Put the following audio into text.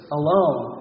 alone